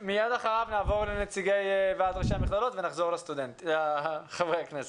מיד אחריו נעבור לנציגי ועד ראשי המכללות ונחזור לחברי הכנסת.